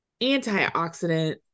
antioxidant